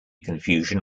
confusion